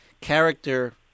character